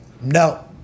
no